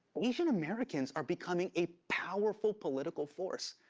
asian americans are becoming a powerful political force.